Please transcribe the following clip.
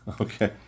Okay